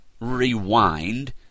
rewind